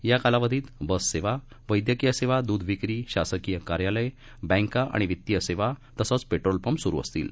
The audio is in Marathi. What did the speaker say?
या कालावधीत बससेवा वैद्यकीय सेवा दूध विक्री शासकीय कार्यालय बँका आणि वित्तीय सेवा पेट्रोल पंप सुरू असतील